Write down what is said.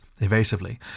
evasively